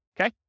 okay